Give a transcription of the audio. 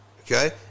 okay